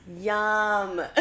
Yum